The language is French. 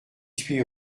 huit